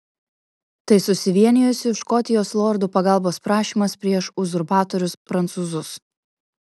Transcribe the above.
tai susivienijusių škotijos lordų pagalbos prašymas prieš uzurpatorius prancūzus